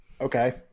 Okay